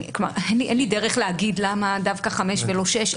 אין לי דרך להגיד למה דווקא חמש שנים ולא שש שנים.